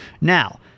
Now